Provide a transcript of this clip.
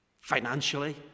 Financially